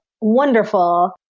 wonderful